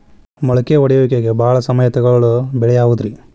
ಮೊಳಕೆ ಒಡೆಯುವಿಕೆಗೆ ಭಾಳ ಸಮಯ ತೊಗೊಳ್ಳೋ ಬೆಳೆ ಯಾವುದ್ರೇ?